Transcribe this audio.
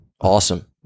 awesome